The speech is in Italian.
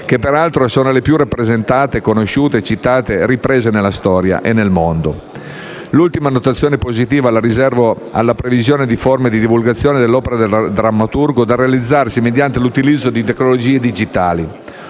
che peraltro sono le più rappresentate, conosciute, citate e riprese dalla storia e nel mondo. L'ultima notazione positiva la riservo alla previsione di forme di divulgazione dell'opera del drammaturgo, da realizzarsi mediante l'utilizzo di tecnologie digitali.